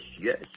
yes